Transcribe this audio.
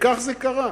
וכך זה קרה.